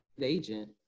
agent